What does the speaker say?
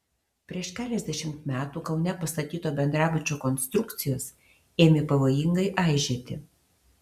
prieš keliasdešimt metų kaune pastatyto bendrabučio konstrukcijos ėmė pavojingai aižėti